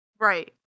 Right